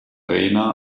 rena